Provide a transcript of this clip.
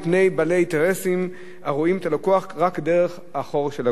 בעלי אינטרסים הרואים את הלקוח רק דרך החור של הגרוש.